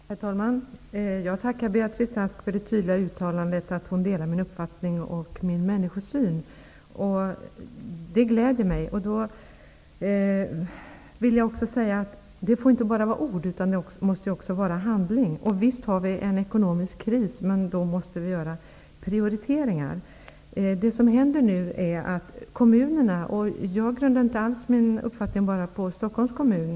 Herr talman! Jag tackar Beatrice Ask för det tydliga uttalandet att hon delar min uppfattning och min människosyn. Det gläder mig. Jag vill också säga att detta inte bara får vara ord utan också måste bli handling. Visst har vi en ekonomisk kris, men då måste vi göra prioriteringar. Jag grundar inte alls min uppfattning bara på Stockholms kommun.